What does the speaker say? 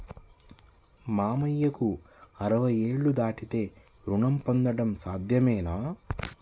మామయ్యకు అరవై ఏళ్లు దాటితే రుణం పొందడం సాధ్యమేనా?